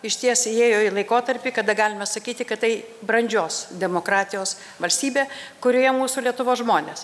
išties įėjo į laikotarpį kada galime sakyti kad tai brandžios demokratijos valstybė kurioje mūsų lietuvos žmonės